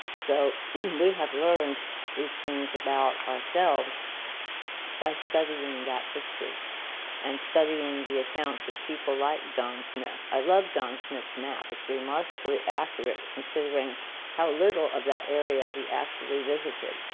so we have learned these things about ourselves by studying that history and studying the accounts of people like john smith. i love john smith's map. it's remarkably accurate considering how little of that area he actually visited.